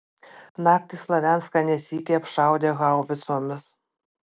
naktį slavianską ne sykį apšaudė haubicomis